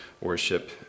worship